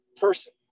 person